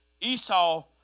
Esau